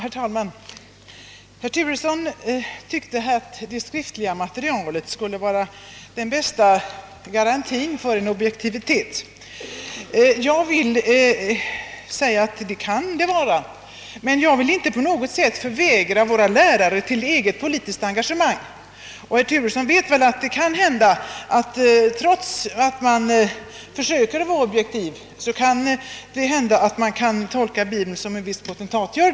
Herr talman! Herr Turesson tyckte att det skriftliga materialet skulle vara den bästa garantin för objektivitet. Jag vill säga att det kan det vara, men jag vill inte på något sätt förvägra våra lärare ett eget politiskt engagemang, och herr Turesson vet att man, trots att man försöker vara objektiv, ibland tolkar bibeln så som en viss potentat gör.